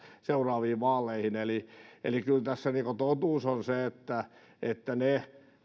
seuraaviin vaaleihin eli eli kyllä tässä totuus on se että että ne